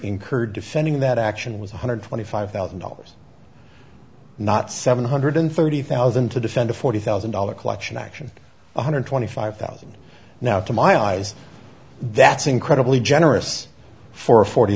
incurred defending that action was one hundred twenty five thousand dollars not seven hundred thirty thousand to defend a forty thousand dollar collection action one hundred twenty five thousand now to my eyes that's incredibly generous for a forty